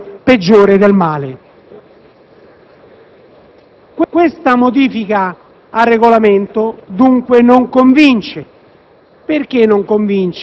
con un rimedio peggiore del male. Questa modifica al Regolamento, dunque, non convince.